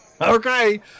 Okay